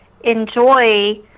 enjoy